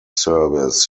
service